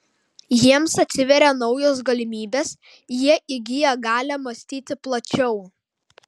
jiems atsiveria naujos galimybės jie įgyja galią mąstyti plačiau